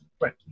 Right